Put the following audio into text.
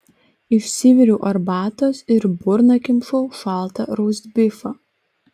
išsiviriau arbatos ir į burną kimšau šaltą rostbifą